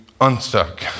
unstuck